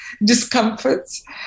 discomforts